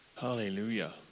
Hallelujah